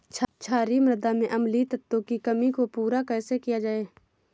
क्षारीए मृदा में अम्लीय तत्वों की कमी को पूरा कैसे किया जाए?